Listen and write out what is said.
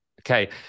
okay